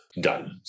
done